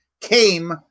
came